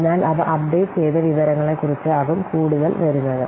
അതിനാൽ അവ അപ്ഡേറ്റ് ചെയ്ത വിവരങ്ങളെക്കുറിച്ച് ആകും കൂടുതൽ വരുന്നത്